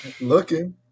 Looking